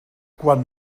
quan